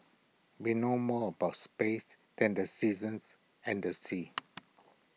we know more about space than the seasons and the seas